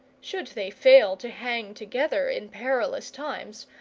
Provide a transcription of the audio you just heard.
should they fail to hang together in perilous times,